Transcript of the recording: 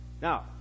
Now